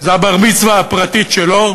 זה הבר-מצווה הפרטית שלו,